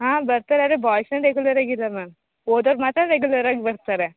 ಹಾಂ ಬರ್ತಾರೆ ಆದರೆ ಬಾಯ್ಸ್ ಏನು ರೆಗ್ಯುಲರ್ ಆಗಿಲ್ಲ ಮ್ಯಾಮ್ ಓದೋರು ಮಾತ್ರ ರೆಗ್ಯುಲರಾಗಿ ಬರ್ತಾರೆ